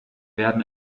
werden